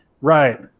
Right